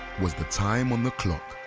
was the time on the clock.